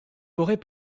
forêt